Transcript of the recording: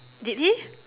did it